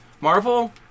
Marvel